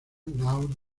laos